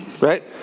Right